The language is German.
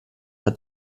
hat